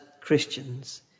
Christians